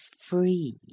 free